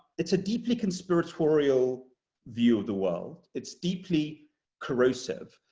it's a deeply conspiratorial view of the world. it's deeply corrosive,